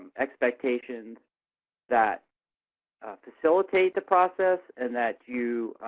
expectations that facilitate the process and that you